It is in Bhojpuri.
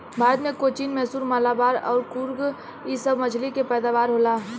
भारत मे कोचीन, मैसूर, मलाबार अउर कुर्ग इ सभ मछली के पैदावार होला